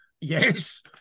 yes